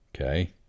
okay